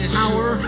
power